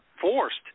forced